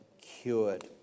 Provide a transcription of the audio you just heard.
cured